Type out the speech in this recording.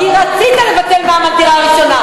כי רצית לבטל את המע"מ על הדירה הראשונה.